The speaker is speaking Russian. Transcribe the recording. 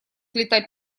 летать